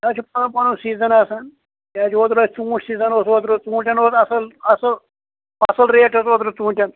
یہِ حظ چھُ پَنُن پَنُن سیٖزَن آسان یہِ حظ یہِ اوترٕ اوس ژوٗنٛٹھۍ سیٖزَن اوس اوترٕ ژوٗنٛٹھٮ۪ن اوس اَصٕل اَصٕل اَصٕل ریٹ ٲس اوترٕ ژوٗنٛٹھٮ۪ن